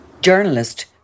Journalist